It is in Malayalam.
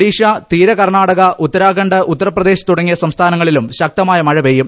ഒഡീഷ തീര കർണാടക ഉത്തരാഖണ്ഡ് ഉത്തർപ്രദേശ് തുടങ്ങിയ സംസ്ഥാനങ്ങളിലും ശക്തമായ മഴ പെയ്യും